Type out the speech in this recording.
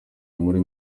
muri